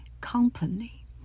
company